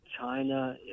China